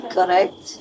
Correct